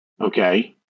okay